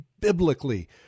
biblically